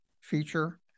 feature